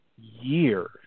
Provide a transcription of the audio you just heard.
years